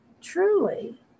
truly